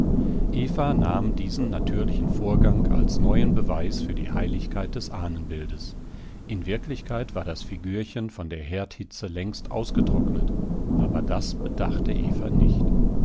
nahm diesen natürlichen vorgang als neuen beweis für die heiligkeit des ahnenbildes in wirklichkeit war das figürchen von der herdhitze längst ausgetrocknet aber das bedachte eva nicht